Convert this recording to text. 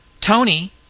Tony